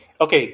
okay